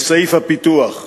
בסעיף הפיתוח,